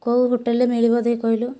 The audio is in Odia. କେଉଁ ହୋଟେଲରେ ମିଳିବ ମୋତେ କହିଲୁ